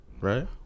right